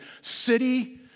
city